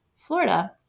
Florida